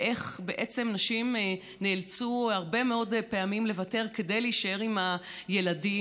ואיך בעצם נשים נאלצו הרבה מאוד לפעמים לוותר כדי להישאר עם ילדים.